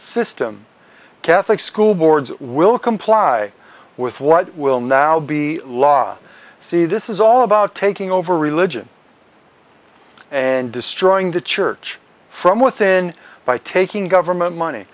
system catholic school boards will comply with what will now be law see this is all about taking over religion and destroying the church from within by taking government money